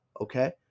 okay